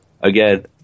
again